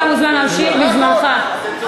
אתה מוזמן להמשיך, בזמנך.